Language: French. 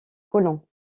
colons